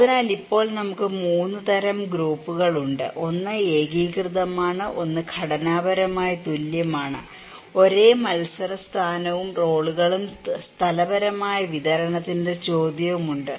അതിനാൽ ഇപ്പോൾ നമുക്ക് 3 തരം ഗ്രൂപ്പുകളുണ്ട് ഒന്ന് ഏകീകൃതമാണ് ഒന്ന് ഘടനാപരമായി തുല്യമാണ് ഒരേ മത്സര സ്ഥാനവും റോളുകളും സ്ഥലപരമായ വിതരണത്തിന്റെ ചോദ്യവുമുണ്ട്